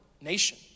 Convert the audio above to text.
nation